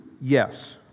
Yes